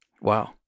wow